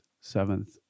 seventh